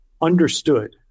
understood